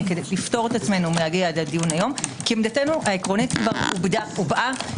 לפטור עצמנו להגיע לדיון היום כי עמדתנו העקרונית הובעה כבר.